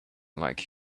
like